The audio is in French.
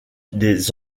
des